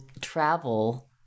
travel